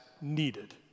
needed